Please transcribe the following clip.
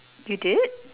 you did